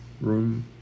room